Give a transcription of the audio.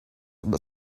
but